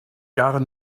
gar